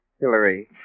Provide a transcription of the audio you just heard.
Hillary